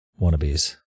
wannabes